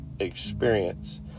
experience